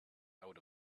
out